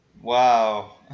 Wow